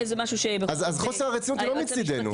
איזה משהו --- אז חוסר הרצינות הוא לא מצידנו.